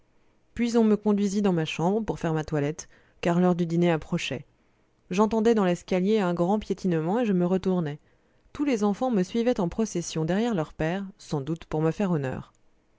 puis on me conduisit dans ma chambre pour faire ma toilette car l'heure du dîner approchait j'entendais dans l'escalier un grand piétinement et je me retournai tous les enfants me suivaient en procession derrière leur père sans doute pour me faire honneur